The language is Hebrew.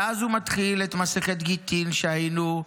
ואז הוא מתחיל את מסכת גיטין, שהיינו,